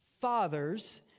fathers